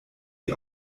die